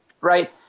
right